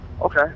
Okay